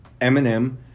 Eminem